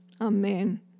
Amen